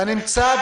בנמצא,